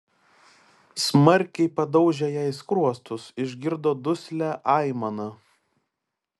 smarkiai padaužė jai skruostus išgirdo duslią aimaną